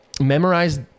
memorize